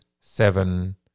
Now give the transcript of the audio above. seven